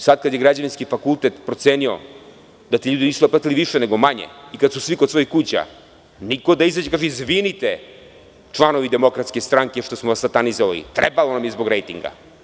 Sada kada je Građevinski fakultet procenio da ti ljudi nisu platili više, nego manje, i kada su svi kod svojih kuća, niko da izađe i kaže - izvinite članovi Demokratske stranke što smo vas satanizovali, trebalo nam je zbog rejtinga.